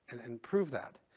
and prove that.